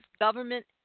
government